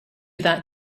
that